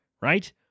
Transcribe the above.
right